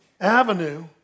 Avenue